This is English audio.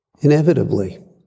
Inevitably